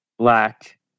black